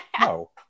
No